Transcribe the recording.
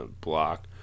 block